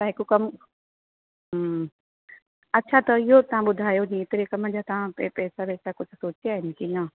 तव्हां हिकु कमु हूं अछा त इहो तव्हां ॿुधायो जीअं एतिरे कम जा तव्हां पैसा वैसा कुझु सोचिया आहिनि की न